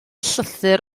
llythyr